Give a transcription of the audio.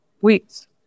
weeks